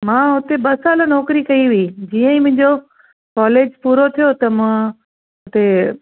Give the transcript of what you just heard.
मां हुते ॿ साल नौकिरी कयी हुई जीअं ई मुंहिंजो कॉलेज पूरो थियो त मां हुते